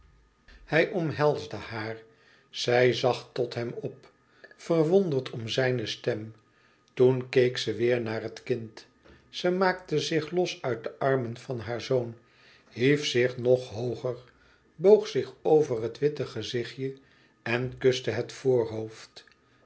hij omhelsde haar zij zag tot hem op verwonderd om zijne stem toen keek ze weêr naar het kind ze maakte zich los uit de armen van haar zoon hief zich nog hooger boog zich over het witte gezichtje en kuste het voorhoofd